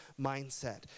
mindset